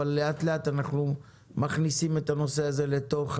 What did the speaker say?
אבל לאט-לאט אנחנו מכניסים את הנושא הזה לתוך הממשלה,